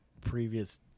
previous